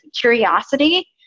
curiosity